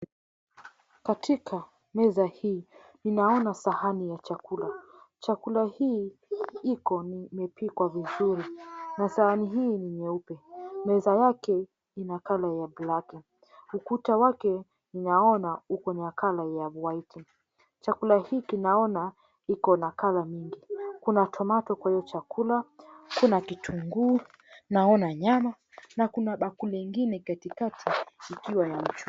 Katika meza hii ninaona sahani ya chakula. Chakula hii iko na imepikwa vizuri na sahani hii nyeupe. Meza yake ina kala ya blaki . Ukuta wake naona ukona kala ya waiti . Chakula hiki naona ikona kala mingi. Ikona tomato kwa hio chakula, kuna kitunguu, naona nyama na kuna bakuli ingine katikati ikiwa na mchuzi.